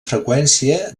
freqüència